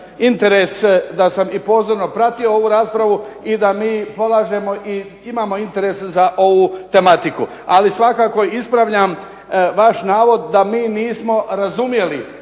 interes, da sam i pozorno pratio ovu raspravu i da mi polažemo i imamo interese za ovu tematiku. Ali svakako ispravljam vaš navod da mi nismo razumjeli